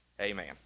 amen